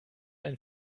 ein